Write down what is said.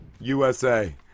USA